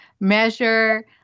measure